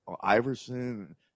Iverson